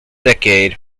decade